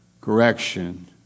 correction